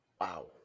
Wow